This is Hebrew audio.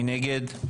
מי נגד?